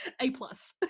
A-plus